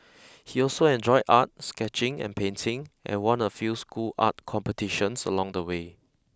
he also enjoyed art sketching and painting and won a few school art competitions along the way